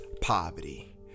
poverty